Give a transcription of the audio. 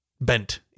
bent